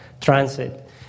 transit